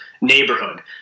neighborhood